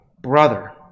brother